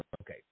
okay